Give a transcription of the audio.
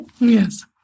Yes